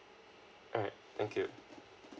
alright thank you